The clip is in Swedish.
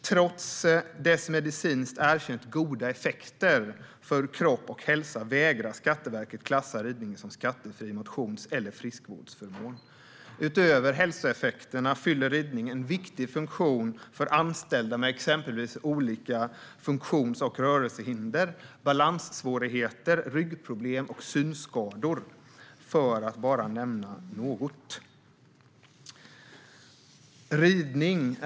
Trots ridningens medicinskt erkänt goda effekter på kropp och hälsa vägrar Skatteverket att klassa den som skattefri motions eller friskvårdsförmån. Utöver hälsoeffekterna fyller ridning en viktig motion för anställda med exempelvis olika funktions och rörelsehinder, balanssvårigheter, ryggproblem och synskador för att bara nämna några. Herr talman!